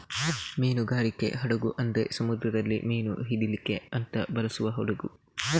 ಮೀನುಗಾರಿಕೆ ಹಡಗು ಅಂದ್ರೆ ಸಮುದ್ರದಲ್ಲಿ ಮೀನು ಹಿಡೀಲಿಕ್ಕೆ ಅಂತ ಬಳಸುವ ಹಡಗು